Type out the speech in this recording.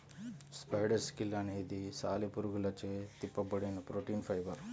spider silk అనేది సాలెపురుగులచే తిప్పబడిన ప్రోటీన్ ఫైబర్